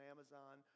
Amazon